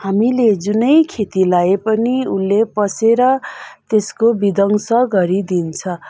हामीले जुनै खेती लाएँ पनि उसले पसेर त्यसको विध्वंस गरिदिन्छ